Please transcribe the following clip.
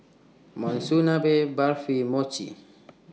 Monsunabe Barfi Mochi